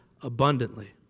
abundantly